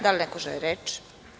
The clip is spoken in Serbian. Da li neko želi reč?